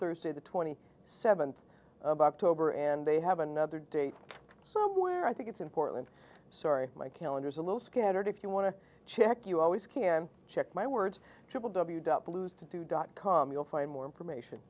thursday the twenty seventh of october and they have another date so i think it's important so my calendar is a little scattered if you want to check you always can check my words triple w w's to do dot com you'll find more information